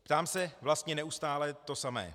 Ptám se vlastně neustále na to samé.